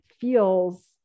feels